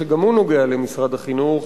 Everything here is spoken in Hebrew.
שגם הוא נוגע למשרד החינוך,